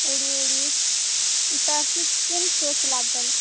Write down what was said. ଉଡ଼ି ଉଡ଼ି ଇତର କିନ୍ କିନ୍ ସୋଚଲା ବଲେ